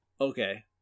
okay